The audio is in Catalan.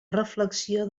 reflexió